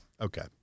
Okay